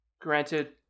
Granted